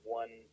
one